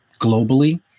globally